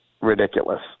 ridiculous